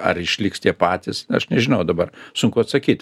ar išliks tie patys aš nežinau dabar sunku atsakyti